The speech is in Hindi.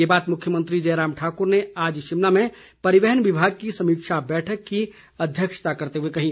ये बात मुख्यमंत्री जयराम ठाकुर ने आज शिमला में परिवहन विभाग की समीक्षा बैठक की अध्यक्षता करते हुए कही